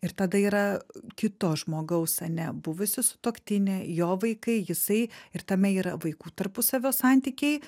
ir tada yra kito žmogaus ane buvusi sutuoktinė jo vaikai jisai ir tame yra vaikų tarpusavio santykiai